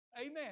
Amen